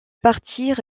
partir